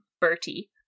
Bertie